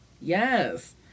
yes